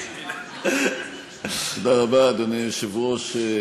אדוני היושב-ראש,